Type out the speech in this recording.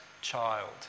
child